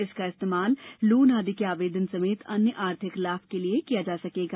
इसका इस्तेमाल लोन आदि के आवेदन समेत अन्य आर्थिक लाभ के लिए किया जा सकेगा